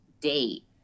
date